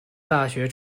大学